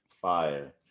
Fire